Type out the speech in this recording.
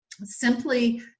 Simply